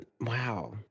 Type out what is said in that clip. Wow